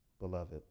Beloved